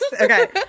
Okay